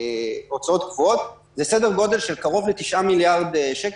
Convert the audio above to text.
ההוצאות קבועות זה בסדר גודל של קרוב ל-9 מיליארד שקל,